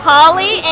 Holly